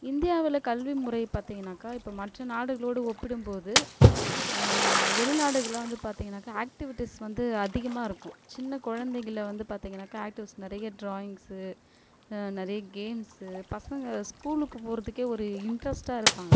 இந்தியாவில் கல்விமுறை பார்த்தீங்கனாக்கா இப்போ மற்ற நாடுகளோடு ஒப்பிடும்போது வெளிநாடுகளில் வந்து பார்த்தீங்கன்னாக்கா ஆக்ட்டிவிட்டிஸ் வந்து அதிகமாக இருக்கும் சின்ன குழந்தைங்கள வந்து பார்த்தீங்கனாக்கா ஆக்ட்டிவிட்டிஸ் நிறைய டிராயிங்ஸ் நிறைய கேம்ஸ் பசங்கள் ஸ்கூல்லுக்கு போகிறதுக்கே ஒரு இன்ட்ரெஸ்ட்டாக இருப்பாங்க